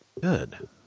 good